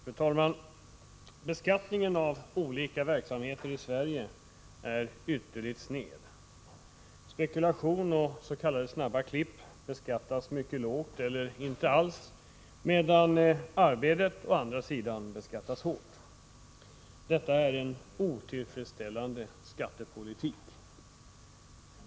Fru talman! Beskattningen av olika verksamheter i Sverige är ytterligt sned. Spekulation och s.k. snabba klipp beskattas mycket lågt eller inte alls, medan människors arbete beskattas hårt. Detta är en otillfredsställande skattepolitik.